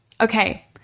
okay